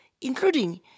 including